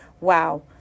Wow